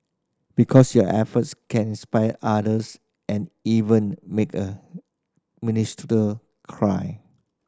because your efforts can inspire others and even make a minister cry